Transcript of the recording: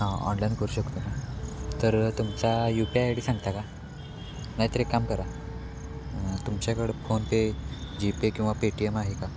हां ऑनलाईन करू शकतो का तर तुमचा U P I I D सांगता का नाही तर एक काम करा तुमच्याकडं फोन पे जीपे किंवा पेटीएम आहे का